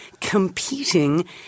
competing